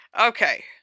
Okay